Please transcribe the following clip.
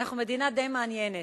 אנחנו מדינה די מעניינת.